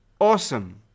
Awesome